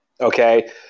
okay